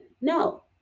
No